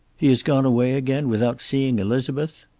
he has gone away again, without seeing elizabeth?